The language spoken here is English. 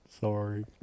Sorry